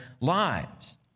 lives